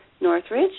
Northridge